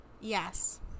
Yes